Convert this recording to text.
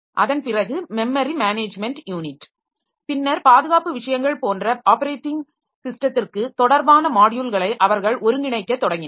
அதன்பிறகு memory management unit பின்னர் பாதுகாப்பு விஷயங்கள் போன்ற பல ஆப்பரேட்டிங் ஸிஸ்டத்திற்கு தொடர்பான மாட்யூல்களை அவர்கள் ஒருங்கிணைக்கத் தொடங்கினர்